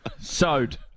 Sewed